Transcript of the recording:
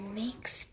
makes